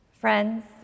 Friends